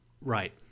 Right